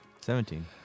Seventeen